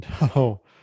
No